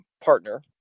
partner